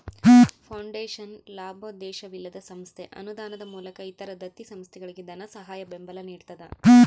foundation ಲಾಭೋದ್ದೇಶವಿಲ್ಲದ ಸಂಸ್ಥೆ ಅನುದಾನದ ಮೂಲಕ ಇತರ ದತ್ತಿ ಸಂಸ್ಥೆಗಳಿಗೆ ಧನಸಹಾಯ ಬೆಂಬಲ ನಿಡ್ತದ